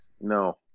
No